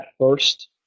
first